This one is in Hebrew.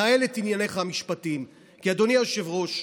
נהל את ענייניך המשפטיים, אדוני היושב-ראש,